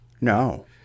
No